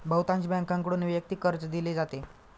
बहुतांश बँकांकडून वैयक्तिक कर्ज दिले जाते